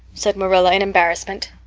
said marilla in embarrassment.